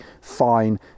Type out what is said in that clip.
fine